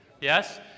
Yes